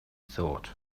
thought